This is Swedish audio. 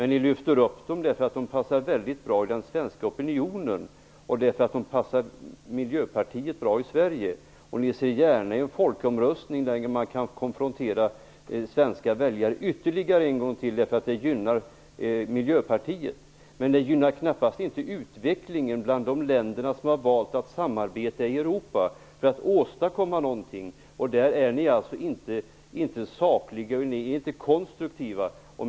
Ni lyfter fram dem eftersom de passar väldigt bra i den svenska opinionen och eftersom de passar miljöpartiet bra i Sverige. Ni ser gärna en folkomröstning där man kan konfrontera svenska väljare ytterligare en gång eftersom det gynnar miljöpartiet. Det gynnar dock knappast utvecklingen i de länder som har valt att samarbeta i Europa för att åstadkomma någonting. Där är ni inte sakliga. Ni är inte konstruktiva.